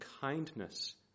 kindness